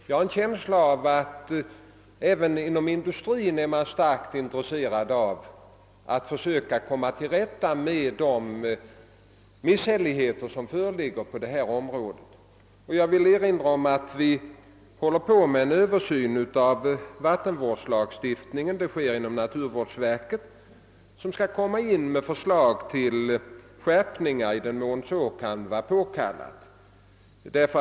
Jag har en känsla av att man även inom industrin är starkt intresserad av att för söka komma till rätta med de missförhållanden som förekommer på detta område. Jag vill erinra om att naturvårdsverket för närvarande gör en Ööversyn av vattenvårdslagstiftningen och skall framlägga förslag till skärpningar i den mån sådana kan vara påkallade.